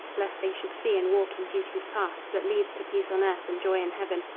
lest they should see and walk in duty's path that leads to peace on earth and joy in heaven,